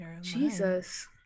jesus